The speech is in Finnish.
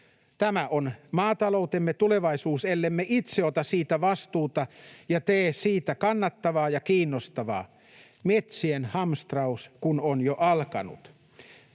Tämä on maataloutemme tulevaisuus, ellemme itse ota siitä vastuuta ja tee siitä kannattavaa ja kiinnostavaa, metsien hamstraus kun on jo alkanut.